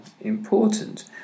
important